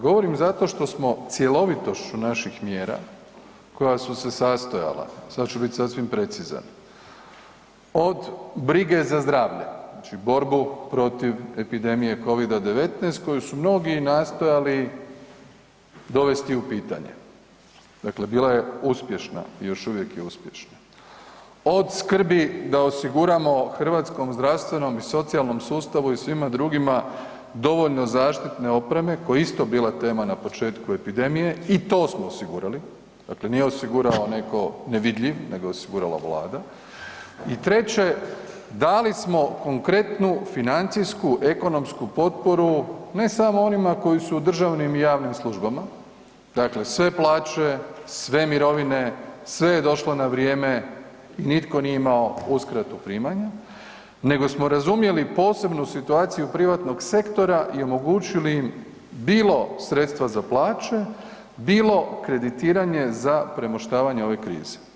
Govorim zato što smo cjelovitošću naših mjera koja su se sastojala, sad ću bit sasvim precizan, od brige za zdravlje, znači borbu protiv epidemije covid-19 koju su mnogi nastojali dovesti u pitanje, dakle bila je uspješna i još uvijek je uspješna, od skrbi da osiguramo hrvatskom zdravstvenom i socijalnom sustavu i svima drugima dovoljno zaštitne opreme koja je isto bila tema na početku epidemije, i to smo osigurali, dakle nije osigurao neko nevidljiv nego je osigurala vlada i treće, dali smo konkretnu financijsku ekonomsku potporu ne samo onima koji su u državnim i javnim službama, dakle sve plaće, sve mirovine, sve je došlo na vrijeme i nitko nije imao uskratu primanja nego smo razumjeli posebnu situaciju privatnog sektora i omogućili im bilo sredstva za plaće, bilo kreditiranje za premoštavanje ove krize.